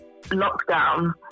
lockdown